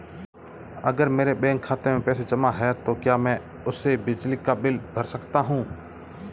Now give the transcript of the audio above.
अगर मेरे बैंक खाते में पैसे जमा है तो क्या मैं उसे बिजली का बिल भर सकता हूं?